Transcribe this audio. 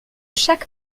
chaque